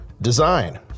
Design